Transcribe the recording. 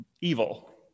evil